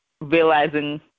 realizing